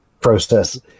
process